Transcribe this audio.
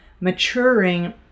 maturing